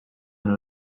and